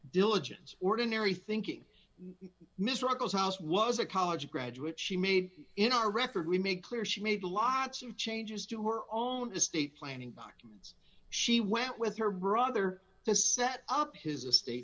diligence ordinary thinking miss ruckelshaus was a college graduate she made in our record we made clear she made lots of changes to her own estate planning documents she went with her brother to set up his estate